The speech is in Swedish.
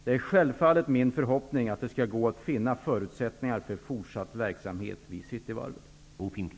Det är självklart min förhoppning att det skall gå att finna förutsättningar för fortsatt verksamhet vid